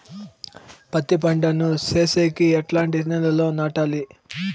పత్తి పంట ను సేసేకి ఎట్లాంటి నేలలో నాటాలి?